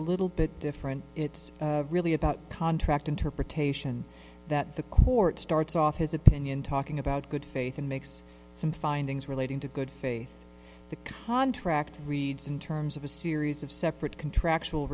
little bit different it's really about contract interpretation that the court starts off his opinion talking about good faith and makes some findings relating to good faith the contract reads in terms of a series of separate contract